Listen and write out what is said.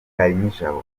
kalinijabo